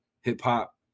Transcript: hip-hop